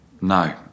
No